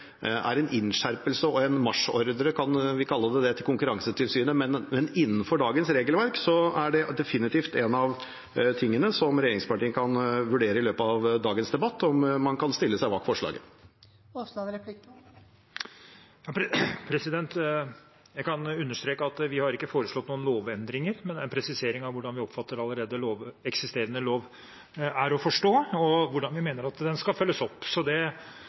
er en innskjerpelse og en marsjordre – vi kan vel kalle det det – til Konkurransetilsynet, men innenfor dagens regelverk, så er det definitivt et forslag som regjeringspartiene i løpet av dagens debatt kan vurdere om man kan stille seg bak. Jeg kan understreke at vi ikke har foreslått noen lovendringer, men vi har en presisering av hvordan vi oppfatter at allerede eksisterende lov er å forstå, og hvordan vi mener at den skal følges opp. Da ser det